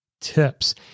tips